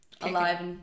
alive